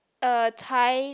uh Thai